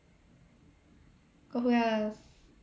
got who else